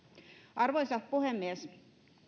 arvoisa puhemies